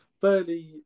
Fairly